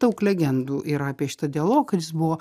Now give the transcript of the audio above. daug legendų yra apie šitą dialogą kad jis buvo